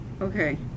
Okay